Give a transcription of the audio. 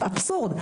אבסורד.